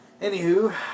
Anywho